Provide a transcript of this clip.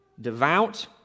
devout